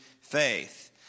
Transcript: faith